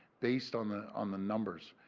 based on the on the numbers.